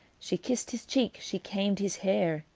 she kiss'd his cheek, she kaim'd his hair,